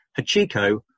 Hachiko